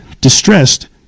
distressed